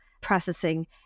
processing